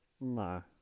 No